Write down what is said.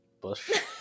Bush